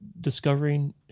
discovering